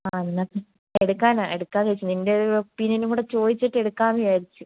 ആ എന്നാൽ പ് എടുക്കാനാണ് എടുക്കാന്ന് വെച്ചു നിൻ്റെ ഒരു ഒപ്പീനിയനും കൂടെ ചോദിച്ചിട്ട് എടുക്കാമെന്ന് വിചാരിച്ചു